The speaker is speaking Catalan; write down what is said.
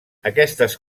aquestes